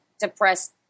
depressed